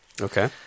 Okay